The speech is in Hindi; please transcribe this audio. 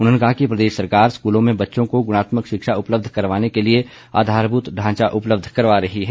उन्होंने कहा कि प्रदेश सरकार स्कूलों में बच्चों को गुणात्मक शिक्षा उपलब्ध करवाने के लिए आधारभूत ढांचा उपलब्ध करवा रही है